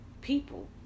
people